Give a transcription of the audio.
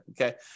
okay